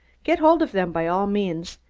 get hold of them by all means!